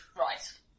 Right